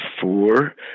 four